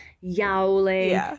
yowling